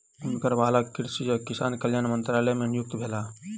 हुनकर बालक कृषि आ किसान कल्याण मंत्रालय मे नियुक्त भेला